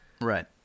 Right